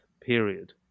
period